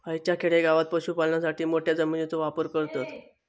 हयच्या खेडेगावात पशुपालनासाठी मोठ्या जमिनीचो वापर करतत